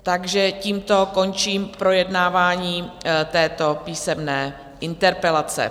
Takže tímto končím projednávání této písemné interpelace.